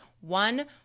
one